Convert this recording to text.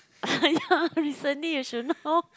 ya recently you should know